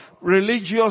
religious